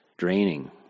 draining